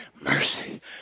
mercy